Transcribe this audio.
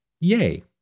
Yay